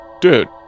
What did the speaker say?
Dude